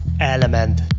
Element